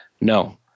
no